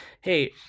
hey